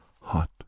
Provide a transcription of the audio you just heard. hot